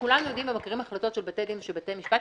כולם יודעים ומכירים החלטות של בתי דין ושל בתי משפט,